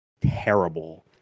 terrible